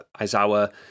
Aizawa